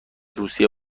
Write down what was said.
روسیه